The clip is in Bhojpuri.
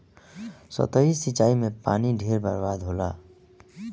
सतही सिंचाई में पानी ढेर बर्बाद होला